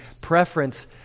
preference